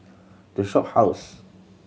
The Shophouse